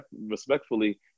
respectfully